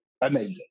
amazing